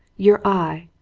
your eye,